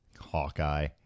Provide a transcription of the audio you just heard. Hawkeye